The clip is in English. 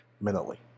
mentally